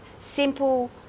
simple